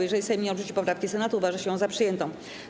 Jeżeli Sejm nie odrzuci poprawki Senatu, uważa się ją za przyjętą.